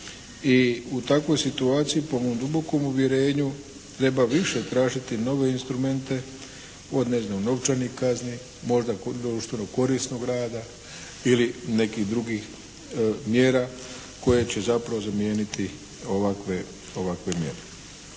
u takvoj situaciji po mom dubokom uvjerenju treba više tražiti nove instrumente od ne znam novčanih kazni, možda kod društvenog korisnog rada ili nekih drugih mjera koje će zapravo zamijeniti ovakve mjere.